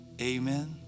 amen